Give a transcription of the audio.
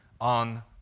on